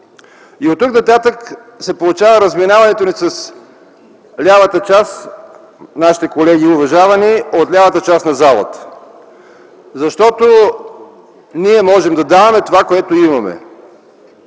И оттук нататък се получава разминаването ни с нашите уважавани колеги от лявата част на залата. Защото ние можем да даваме това, което имаме.